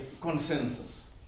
consensus